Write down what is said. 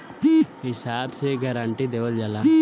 हिसाब से गारंटी देवल जाला